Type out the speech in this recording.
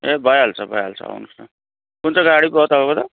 ए भइहाल्छ भइहाल्छ आउनुहोस् न हुन्छ कुन चाहिँ गाडी पो हो तपाईँको त